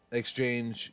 exchange